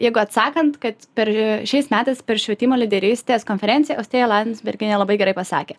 jeigu atsakant kad per šiais metais per švietimo lyderystės konferenciją austėja landsbergienė labai gerai pasakė